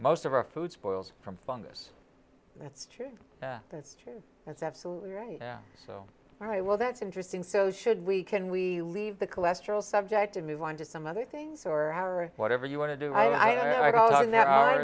most of our food spoils from fungus that's true that's true that's absolutely right so all right well that's interesting so should we can we leave the cholesterol subject to move on to some other things or whatever you want to do i am i call o